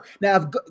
Now